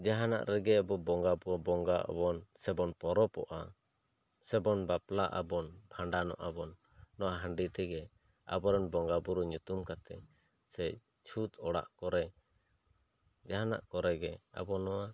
ᱡᱟᱦᱟᱱᱟᱜ ᱨᱮᱜᱮ ᱟᱵᱚ ᱵᱚᱸᱜᱟ ᱟᱵᱚᱱ ᱥᱮ ᱯᱚᱨᱚᱵᱚᱜᱼᱟ ᱥᱮ ᱵᱟᱯᱞᱟᱜ ᱟᱵᱚᱱ ᱵᱷᱟᱱᱰᱟᱱᱚᱜᱼᱟ ᱟᱵᱚᱱ ᱱᱚᱣᱟ ᱦᱟᱺᱰᱤ ᱛᱮ ᱜᱮ ᱟᱵᱚ ᱨᱮᱱ ᱵᱟᱸᱜᱟ ᱵᱳᱨᱳ ᱧᱩᱛᱩᱢ ᱠᱟᱛᱮᱜ ᱥᱮ ᱪᱷᱩᱛ ᱚᱲᱟᱜ ᱠᱚᱨᱮ ᱥᱮ ᱡᱟᱦᱟᱱᱟᱜ ᱠᱚᱨᱮ ᱜᱮ ᱟᱵᱚ ᱱᱚᱣᱟ